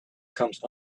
comes